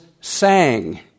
sang